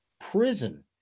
prison